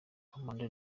kamanda